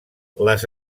les